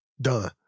done